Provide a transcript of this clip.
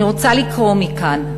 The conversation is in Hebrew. אני רוצה לקרוא מכאן,